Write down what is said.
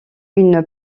une